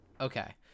okay